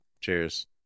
Cheers